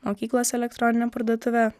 mokyklos elektroninę parduotuvę